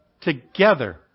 together